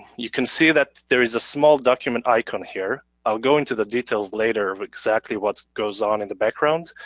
you can see that there is s small document icon here. i'll go into the details later of exactly what goes on in the background.